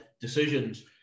decisions